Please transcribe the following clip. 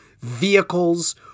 vehicles